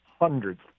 hundreds